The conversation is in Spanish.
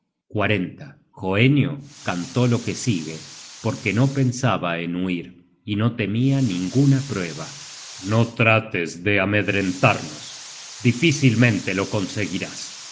patíbulo hoenio cantó lo que sigue porque no pensaba en huir y no temia ninguna prueba i no se detuvieron content from google book search generated at no trates de amedrentarnos difícilmente lo conseguirás